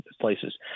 places